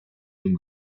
dem